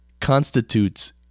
constitutes